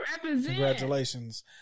Congratulations